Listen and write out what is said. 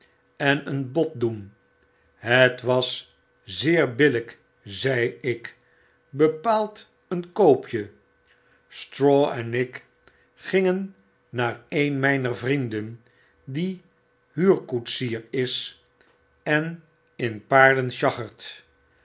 en een bod doen het was zeer billyk zei ik bepaald een koopje straw en ik gingen naar een myner vrienden die huurkoetsier is en in